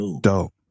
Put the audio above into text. Dope